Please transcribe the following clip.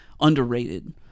underrated